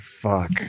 Fuck